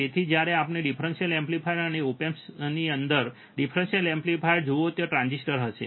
તેથી જ્યારે આપણે ફરન્સીઅલ એમ્પ્લીફાયર ઓપ એમ્પ અને ઓપ એમ્પની અંદર ડિફરન્સીઅલ એમ્પ્લીફાયર જુઓ ત્યાં ટ્રાન્ઝિસ્ટર હોય છે